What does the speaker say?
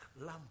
Lamb